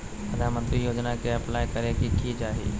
प्रधानमंत्री योजना में अप्लाई करें ले की चाही?